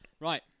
Right